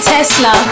Tesla